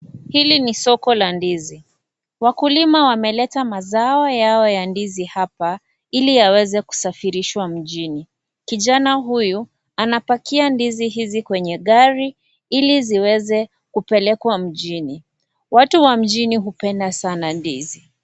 Hili ni soko la ndizi, wakulima wameleta mazao yao ya ndizi hapa ili yaweze kusafirishwa mjini. Kijana huyu anapakia ndizi hizi kwenye gari ili ziweze kupelekwa mjini. Watu wa mjini hupenda sana ndizi .